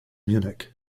munich